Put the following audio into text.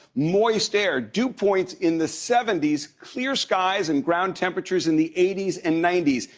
moist air. dew points in the seventy s. clear skies and ground temperatures in the eighty s and ninety s.